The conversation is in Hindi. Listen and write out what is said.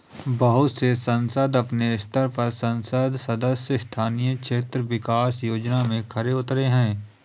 बहुत से संसद अपने स्तर पर संसद सदस्य स्थानीय क्षेत्र विकास योजना में खरे उतरे हैं